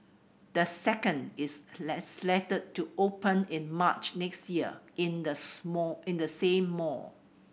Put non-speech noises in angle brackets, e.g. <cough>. the second is <unintelligible> slated to open in March next year in the small same mall